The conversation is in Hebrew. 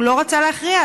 הוא לא רצה להכריע,